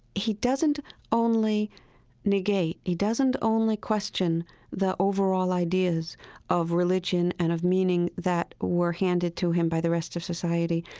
he doesn't only negate, he doesn't only question the overall ideas of religion and of meaning that were handed to him by the rest of society.